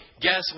guess